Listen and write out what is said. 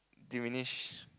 diminish